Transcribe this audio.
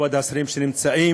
כבוד השרים שנמצאים,